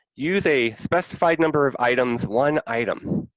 use a specified number of items, one item.